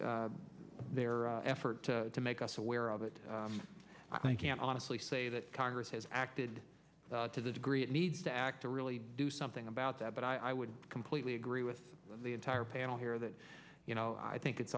their effort to make us aware of it i can honestly say that congress has acted to the degree it needs to act to really do something about that but i would completely agree with the entire panel here that you know i think it's